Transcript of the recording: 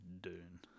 Dune